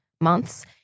months